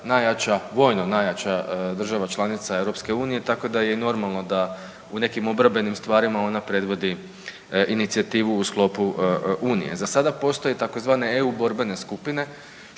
najjača, vojno najjača država članice EU, tako da je i normalno da u nekim obrambenim stvarima ona predvodi inicijativu u sklopu unije. Za sada postoje tzv. EU borbene skupine